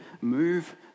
move